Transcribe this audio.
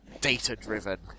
data-driven